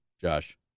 Josh